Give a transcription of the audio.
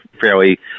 fairly